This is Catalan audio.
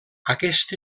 aquest